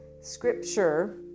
scripture